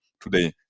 today